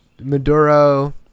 Maduro